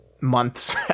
months